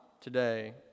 today